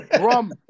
Rum